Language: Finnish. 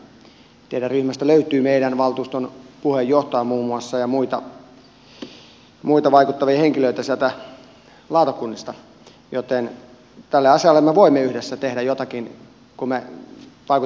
teidän ryhmästänne löytyy muun muassa meidän valtuuston puheenjohtaja ja muita vaikuttavia henkilöitä sieltä lautakunnista joten tälle asialle me voimme yhdessä tehdä jotakin kun me vaikutamme yhdessä